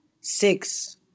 six